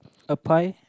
a pie